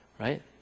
right